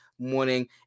morning